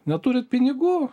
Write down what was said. neturit pinigų